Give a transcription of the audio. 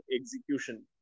execution